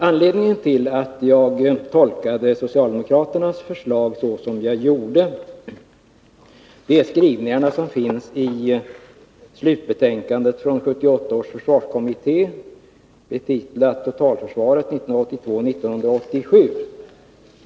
Anledningen till att jag tolkade socialdemokraternas förslag så som jag gjorde är skrivningarna i slutbetänkandet från 1978 års försvarskommitté, betitlat Totalförsvaret 1982-1987.